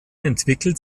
entwickelt